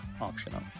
optional